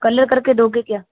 colour करके दोगे क्या